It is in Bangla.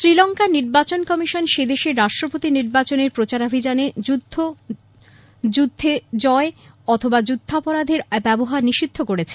শ্রীলঙ্কার নির্বাচন কমিশন সেদেশের রাষ্ট্রপতি নির্বাচনের প্রচারাভিযানে যুদ্ধ যুদ্ধে বিজয় অথবা যুদ্ধাপরাধের ব্যবহার নিষিদ্ধ করেছে